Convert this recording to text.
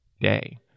day